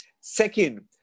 Second